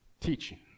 teaching